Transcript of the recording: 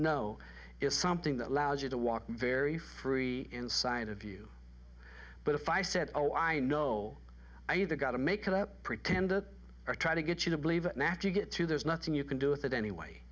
know is something that allows you to walk very free inside of you but if i said oh i know i either got to make it up pretend or try to get you to believe it matter you get to there's nothing you can do with it anyway